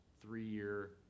three-year